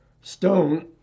Stone